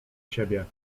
siebie